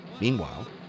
Meanwhile